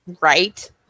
right